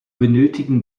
benötigen